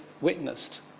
witnessed